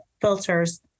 filters